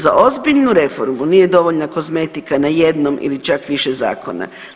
Za ozbiljnu reformu nije dovoljna kozmetika na jednom ili čak više zakona.